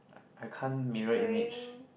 I can't mirror image